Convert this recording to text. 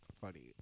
Funny